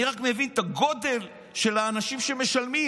אני רק מבין את הגודל של האנשים שמשלמים.